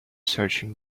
searching